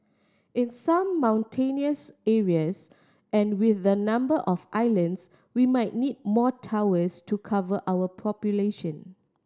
in some mountainous areas and with the number of islands we might need more towers to cover our population